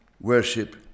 worship